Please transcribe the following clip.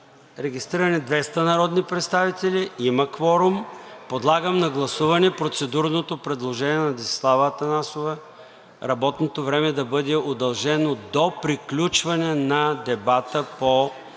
Регистрирани 200 народни представители, има кворум. Подлагам на гласуване процедурното предложение на Десислава Атанасова работното време да бъде удължено до приключване на дебата по